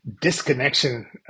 Disconnection